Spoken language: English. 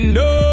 no